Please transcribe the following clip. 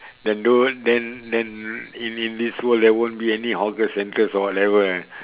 then the world then then in in this world there won't be any hawker centres or whatever ah